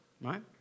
right